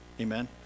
Amen